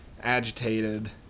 agitated